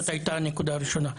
זאת הייתה הנקודה הראשונה.